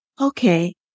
okay